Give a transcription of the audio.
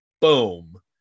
boom